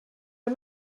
are